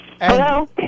Hello